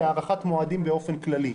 להארכת מועדים באופן כללי,